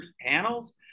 panels